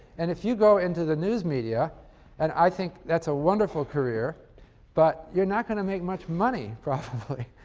and if you go into the news media and i think that's a wonderful career but you're not going to make much money probably.